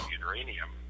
uranium